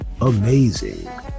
amazing